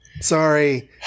Sorry